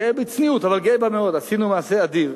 גאה בצניעות, אבל גאה בה מאוד, עשינו מעשה אדיר.